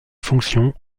fonctions